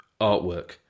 artwork